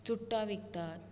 चुडटां विकतात